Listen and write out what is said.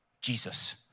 Jesus